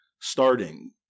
starting